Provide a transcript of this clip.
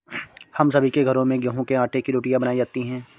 हम सभी के घरों में गेहूं के आटे की रोटियां बनाई जाती हैं